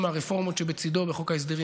עם הרפורמות שבצידו וחוק ההסדרים,